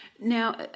Now